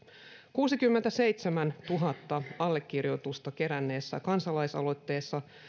kuusikymmentäseitsemäntuhatta allekirjoitusta keränneessä kansalaisaloitteessa